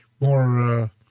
more